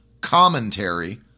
Commentary